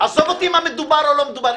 עזוב אותי מה מדובר או לא מדובר.